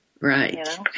Right